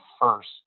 first